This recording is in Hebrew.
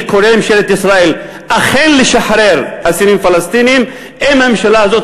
אני קורא לממשלת ישראל אכן לשחרר אסירים פלסטינים אם הממשלה הזאת